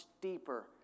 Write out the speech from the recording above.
deeper